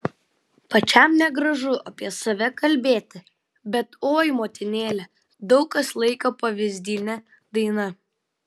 pačiam negražu apie save kalbėti bet oi motinėle daug kas laiko pavyzdine daina